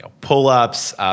pull-ups